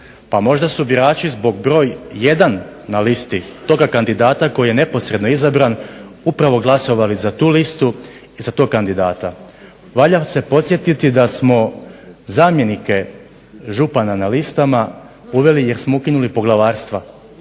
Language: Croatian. pa možda su birači zbog broj 1 na listi toga kandidata koji je neposredno izabran upravo glasovali za tu listu i za tog kandidata. Valja se podsjetiti da smo zamjenike župana na listama uveli jer smo ukinuli poglavarstva